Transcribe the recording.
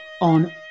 on